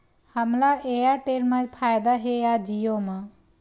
हमला एयरटेल मा फ़ायदा हे या जिओ मा?